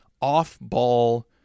off-ball